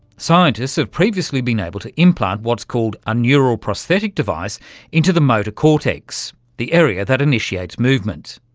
scientists have previously been able to implant what's called a neural prosthetic device into the motor cortex, the area that initiates movement.